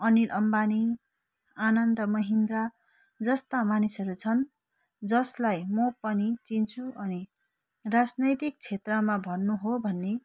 अनिल अम्बानी आनन्द महेन्द्र जस्ता मानिसहरू छन् जसलाई म पनि चिन्छु अनि राजनैतिक क्षेत्रमा भन्नु हो भने